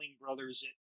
brothers